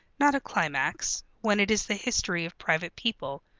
not a climax, when it is the history of private people.